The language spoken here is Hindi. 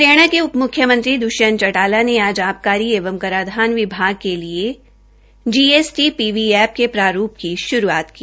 हरियाणा के उप मुख्यमंत्री दृष्यंत चौटाला ने आज आबकारी एवं कराधान विभाग के लिए जीएसटी पीवी ऐ पके प्रारूप की शुरूआत की